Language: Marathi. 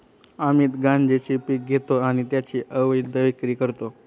अमित गांजेचे पीक घेतो आणि त्याची अवैध विक्री करतो